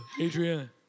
Adrienne